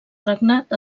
regnat